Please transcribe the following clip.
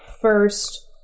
first